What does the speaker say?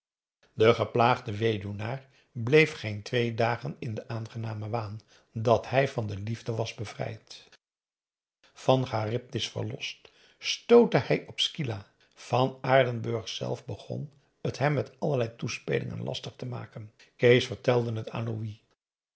de geplaagde weduwnaar bleef geen twee dagen in den aangenamen waan dat hij van de liefde was bevrijd van charybdis verlost stootte hij op scylla van aardenburg zelf begon het hem met allerlei toespelingen lastig te maken kees vertelde het aan louis